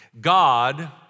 God